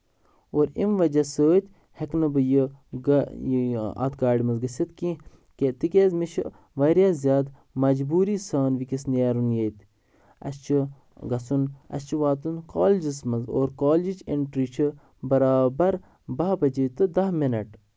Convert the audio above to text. اور اَمہِ وجہہ سۭتۍ ہٮ۪کہٕ نہٕ بہٕ یہِ یہِ اِتھ گاڑِ منٛز گژھِتھ کیٚنٛہہ تِکیازِ مےٚ چھُ واریاہ زیادٕ مجبوٗری سان وٕنکیس نیرُن ییٚتہِ اسہِ چھُ گژھُن اَسہِ چھُ واتُن کالیجس منٛز اور کالیجِچ اینٹری چھِ برابر باہ بجے تہٕ دہ مِنٹ